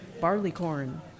Barleycorn